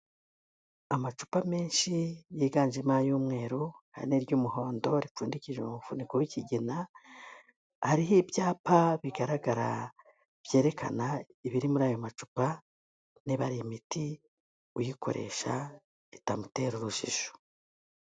Amacupa menshi yiganjemo ay'umweru hari n'iry'umuhondo ripfundikije umufuniko w'ikigina, hariho ibyapa bigaragara byerekana ibiri muri ayo macupa, niba ari imiti, uyikoresha bitamutera urujijo.